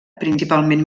principalment